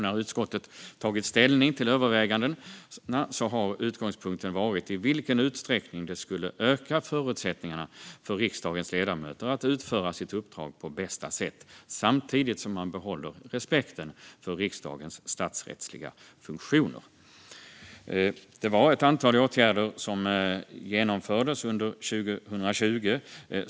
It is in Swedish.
När utskottet tagit ställning till övervägandena har utgångspunkten varit i vilken utsträckning förutsättningarna för riksdagens ledamöter att utföra sitt uppdrag på bästa sätt skulle öka samtidigt som man behåller respekten för riksdagens statsrättsliga funktioner. Det var ett antal åtgärder som genomfördes under 2020.